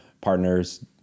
partners